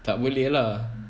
tak boleh lah